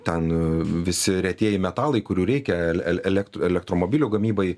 ten visi retieji metalai kurių reikia ele elektromobilių gamybai